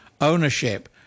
ownership